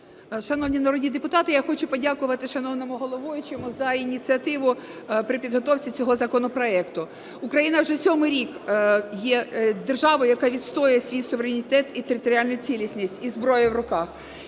Шановні народні депутати, я хочу подякувати шановному головуючому за ініціативу при підготовці цього законопроекту. Україна вже сьомий рік є державою, яка відстоює свій суверенітет і територіальну цілісність із зброєю в руках,